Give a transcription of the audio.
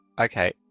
Okay